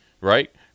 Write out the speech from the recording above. Right